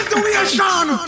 situation